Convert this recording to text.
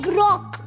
rock